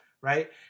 right